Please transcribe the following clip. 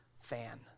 fan